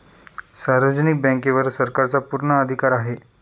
सार्वजनिक बँकेवर सरकारचा पूर्ण अधिकार आहे